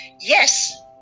yes